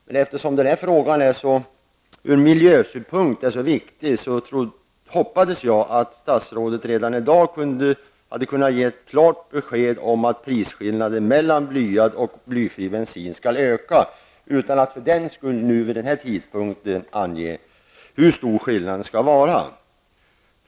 Men den här frågan är ur miljösynpunkt så viktig att jag hoppades att statsrådet redan i dag hade kunnat ge ett klart besked om att prisskillnaden mellan blyad och blyfri bensin skall öka, utan att för den skull vid den här tidpunkten ange hur stor skillnaden skall vara.